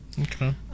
Okay